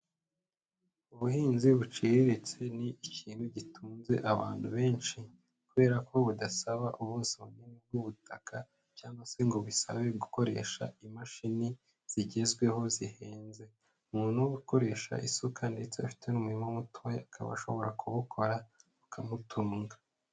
Ubuhinzi buciriritse ni ikintu gitunze abantu benshi kubera ko budasaba ubuso bunini bw'ubutaka cyangwa se ngo bisabe gukoresha imashini zigezweho zihenze. Umuntu ukoresha isuka ndetse afite n'umurimo mutoya, akaba ashobora kubukora bukamutunga.